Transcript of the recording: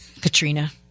Katrina